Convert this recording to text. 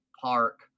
Park